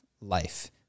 life